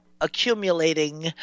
accumulating